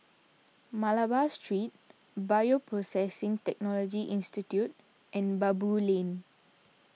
Malabar Street Bioprocessing Technology Institute and Baboo Lane